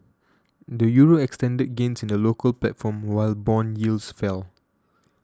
the Euro extended gains in the local platform while bond yields fell